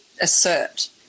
assert